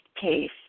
case